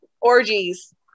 Orgies